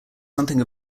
something